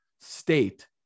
state